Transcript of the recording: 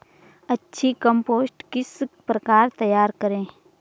अच्छी कम्पोस्ट किस प्रकार तैयार करें?